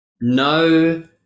no